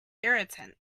irritant